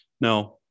Now